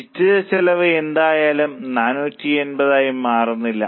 നിശ്ചിത ചെലവ് എന്തായാലും 480 ആയി മാറില്ല